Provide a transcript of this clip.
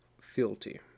Fealty